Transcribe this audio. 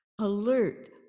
alert